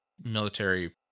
military